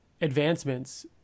advancements